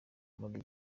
muri